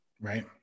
right